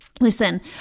Listen